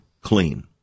Clean